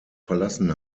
verlassen